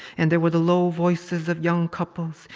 and there were the low voices of young couples,